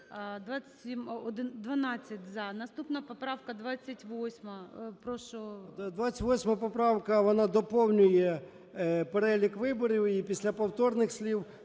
Наступна поправка 28.